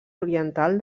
oriental